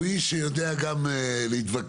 הוא איש שיודע גם להתווכח,